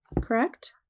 correct